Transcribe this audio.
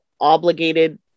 obligated